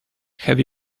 have